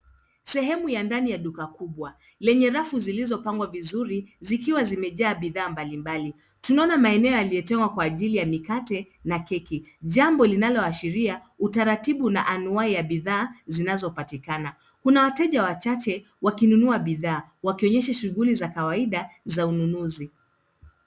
Sehemu ya ndani ya duka kubwa lenye rafu zilziopangwa vizuri zikiwa zimejaa bidhaa mbalimbali. Tunaona maeneo yaliyotengwa kwa ajili ya mkate na keki. Jambo linaloashiria utaratibu na anwai ya bidhaa zinazopatikana. Kuna wateja wachache wakinunua bidhaa wakionyesha shughuli za kawaida za ununuzi.